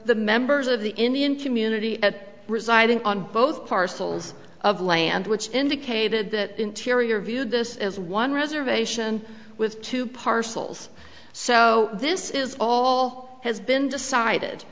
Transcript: the members of the indian community at residing on both parcels of land which indicated that interior viewed this as one reservation with two parcels so this is all has been